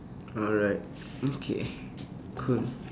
alright okay cool